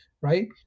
right